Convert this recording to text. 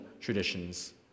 traditions